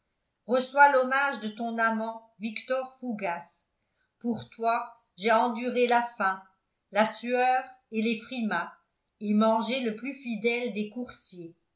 reçois l'hommage de ton amant victor fougas pour toi j'ai enduré la faim la sueur et les frimas et mangé le plus fidèle des coursiers